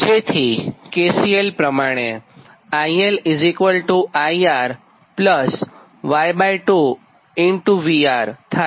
જેથી KCL પ્રમાણે IL IRY2 VR થાય